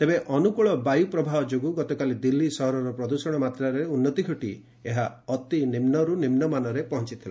ତେବେ ଅନୁକୁଳ ବାୟୁ ପ୍ରବାହ ଯୋଗୁଁ ଗତକାଲି ଦିଲ୍ଲୀ ସହରର ପ୍ରଦୂଷଣ ମାତ୍ରାରେ ଉନ୍ନତି ଘଟି ଏହା ଅତିନିମୁର୍ ନିମୁମାନରେ ପହଞ୍ଚଥିଲା